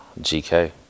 gk